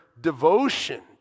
devotion